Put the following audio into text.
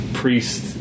priest